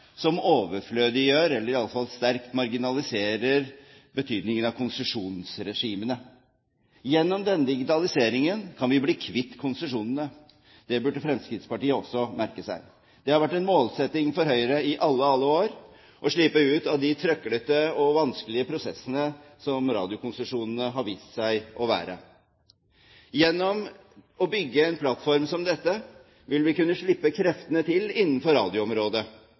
som overflødiggjør – eller iallfall sterkt marginaliserer – betydningen av konsesjonsregimene. Gjennom denne digitaliseringen kan vi bli kvitt konsesjonene. Det burde Fremskrittspartiet også merke seg. Det har vært en målsetting for Høyre i alle, alle år å slippe de trøblete og vanskelige prosessene som radiokonsesjonene har vist seg å være. Gjennom å bygge en plattform som dette vil vi kunne slippe kreftene til innenfor